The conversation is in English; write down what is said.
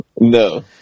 No